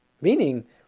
meaning